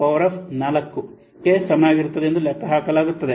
10 to the power fourಕ್ಕೆ ಸಮನಾಗಿರುತ್ತದೆ ಎಂದು ಲೆಕ್ಕಹಾಕಲಾಗುತ್ತದೆ